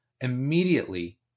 immediately